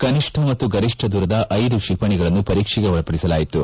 ಕನಿಷ್ಲ ಮತ್ತು ಗರಿಷ್ಠ ದೂರದ ಐದು ಕ್ಷಿಪಣಿಗಳನ್ನು ಪರೀಕ್ಷೆಗೆ ಒಳಪಡಿಸಲಾಯಿತು